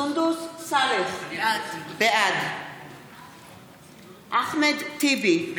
בעד סונדוס סאלח, בעד אחמד טיבי,